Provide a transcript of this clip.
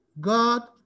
god